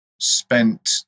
spent